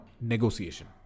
negotiation